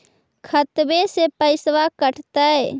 खतबे से पैसबा कटतय?